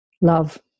love